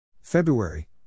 February